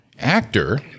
Actor